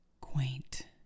quaint